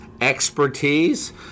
expertise